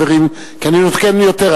כי אני נותן יותר,